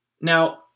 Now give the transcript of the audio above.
Now